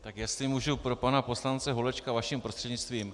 Tak jestli můžu pro pana poslance Holečka vaším prostřednictvím.